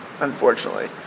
Unfortunately